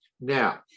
Now